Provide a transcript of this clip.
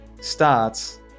starts